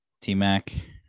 T-Mac